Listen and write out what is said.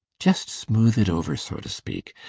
just smooth it over so to speak.